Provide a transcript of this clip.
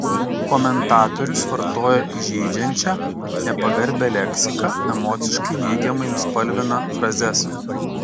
komentatorius vartoja įžeidžiančią nepagarbią leksiką emociškai neigiamai nuspalvina frazes